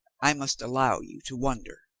i must allow you to wonder.